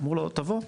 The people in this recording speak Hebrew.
אמרו לו: תבוא.